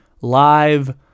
live